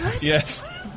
Yes